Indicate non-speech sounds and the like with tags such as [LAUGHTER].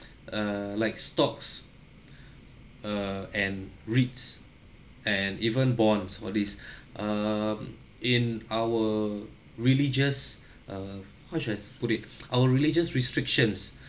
[BREATH] err like stocks [BREATH] err and REITs and even bonds all these [BREATH] um in our religious uh how should I put it [NOISE] our religious restrictions